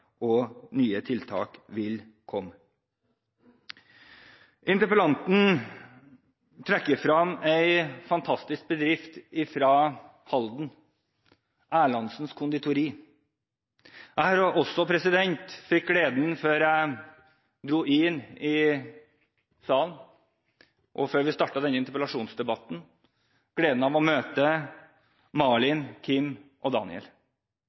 og nye tiltak vil komme. Interpellanten trekker frem en fantastisk bedrift fra Halden, Erlandsens Conditori. Før jeg gikk inn i salen, og før vi startet denne interpellasjonsdebatten, fikk også jeg gleden av å møte Malin, Kim og Daniel.